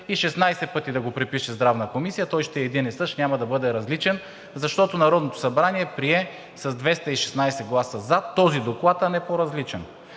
и 16 пъти да го препише Здравната комисия, той ще е един и същ, няма да бъде различен, защото Народното събрание прие с 216 гласа за този доклад, а не по-различен.